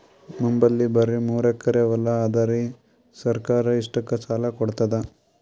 ನಮ್ ಬಲ್ಲಿ ಬರಿ ಮೂರೆಕರಿ ಹೊಲಾ ಅದರಿ, ಸರ್ಕಾರ ಇಷ್ಟಕ್ಕ ಸಾಲಾ ಕೊಡತದಾ?